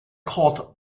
coat